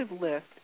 list